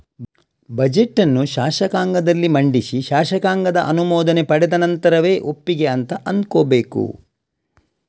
budget ಅನ್ನು ಶಾಸಕಾಂಗದಲ್ಲಿ ಮಂಡಿಸಿ ಶಾಸಕಾಂಗದ ಅನುಮೋದನೆ ಪಡೆದ ನಂತರವೇ ಒಪ್ಪಿಗೆ ಅಂತ ಅಂದ್ಕೋಬೇಕು